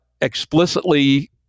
explicitly